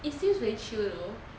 it seems very chill though